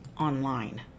online